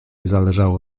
zależało